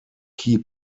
key